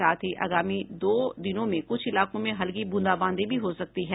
साथ ही आगामी दो दिनों में कुछ इलाकों में हल्की ब्रंदाबांदी भी हो सकती है